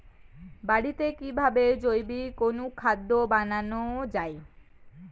বাড়িতে কিভাবে জৈবিক অনুখাদ্য বানানো যায়?